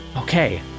Okay